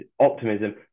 optimism